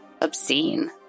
obscene